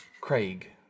Craig